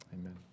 Amen